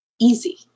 easy